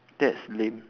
that's lame